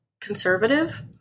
conservative